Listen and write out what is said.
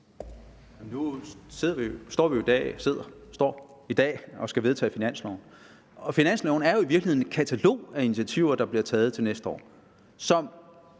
og står – i dag og skal vedtage finanslovforslaget. Finansloven er jo i virkeligheden et katalog af initiativer, der bliver taget til næste år,